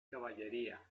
caballería